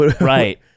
Right